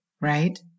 right